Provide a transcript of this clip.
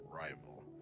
rival